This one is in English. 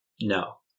No